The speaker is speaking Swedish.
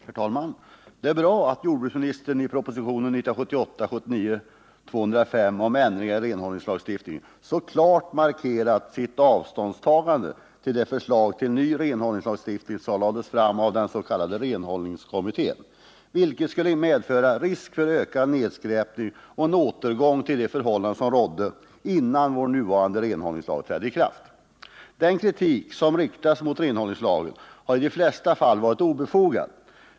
Herr talman! Det är bra att jordbruksministern i propositionen 1978/79:205 om ändringar i renhållningslagstiftningen så klart markerat sitt avståndstagande till det förslag till ny renhållningslagstiftning som lades fram av den s.k. renhållningskommittén, vilket skulle medföra risk för en ökning av nedskräpningen och en återgång till de förhållanden som rådde, innan vår nuvarande renhållningslag trädde i kraft. | Den kritik som har riktats mot renhållningslagen har i de flesta fall varit obefogad.